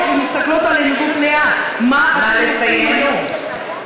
ומסתכלות עלינו בפליאה: מה אתם עושים היום?